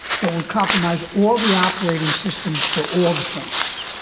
but would compromise all the operating systems for all the phones.